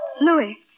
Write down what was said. Louis